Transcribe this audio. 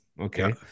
Okay